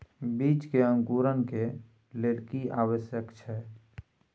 बीज के अंकुरण के लेल की आवश्यक छै?